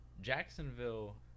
Jacksonville